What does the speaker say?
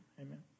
Amen